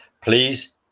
Please